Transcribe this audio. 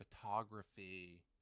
photography